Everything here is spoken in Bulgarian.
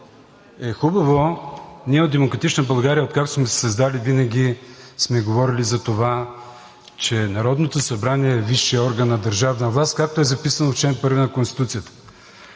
е хубаво ние от „Демократична България“, откакто сме се създали, винаги сме говорили за това, че Народното събрание е висшият орган на държавна власт, както е записано в чл. 1 на Конституцията.